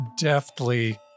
deftly